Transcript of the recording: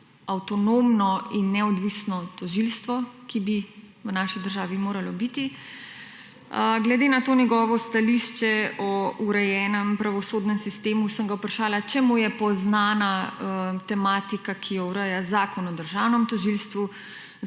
avtonomno in neodvisno tožilstvo, ki bi v naši državi moralo biti. Glede na to njegovo stališče o urejenem pravosodnem sistemu sem ga vprašala, če mu je poznana tematika, ki jo ureja Zakon o državnem tožilstvu,